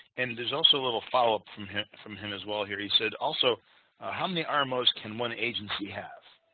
and there's also a little follow up from him from him as well here he said also how many um rmos can one agency have?